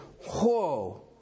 Whoa